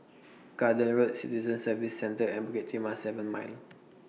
Garden Road Citizen Services Centre and Bukit Timah seven Mile